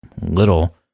little